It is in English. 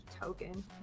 Token